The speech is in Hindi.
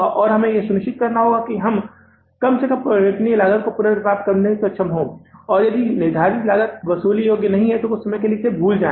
और हमें यह सुनिश्चित करना होगा कि हम कम से कम परिवर्तनीय लागत को पुनर्प्राप्त करने में सक्षम हैं और यदि निर्धारित लागत वसूली योग्य नहीं है तो कुछ समय के लिए भूल जाएं